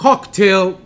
Cocktail